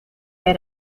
era